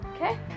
Okay